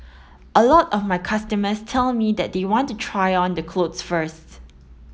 a lot of my customers tell me they want to try on the clothes first